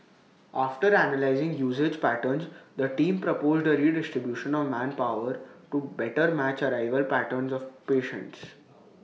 after analysing usage patterns the team proposed A redistribution of manpower to better match arrival patterns of patients